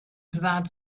that